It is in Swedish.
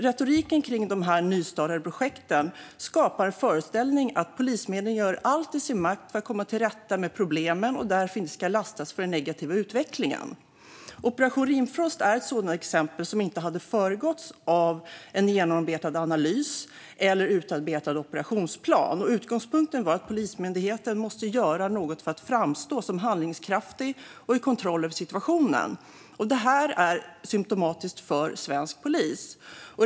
Retoriken kring de här nystartade projekten skapar en föreställning om att Polismyndigheten gör allt i sin makt för att komma till rätta med problemen och därför inte kan lastas för den negativa utvecklingen. Operation Rimfrost är ett sådant exempel, som inte hade föregåtts av någon genomarbetad analys eller utarbetad operationsplan. Utgångspunkten var att Polismyndigheten måste göra något för att framstå som handlingskraftig och i kontroll över situationen. Det här är symtomatiskt för svensk polis.